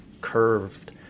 curved